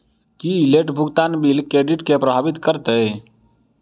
की late भुगतान bill credit केँ प्रभावित करतै?